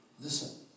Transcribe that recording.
Listen